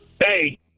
Hey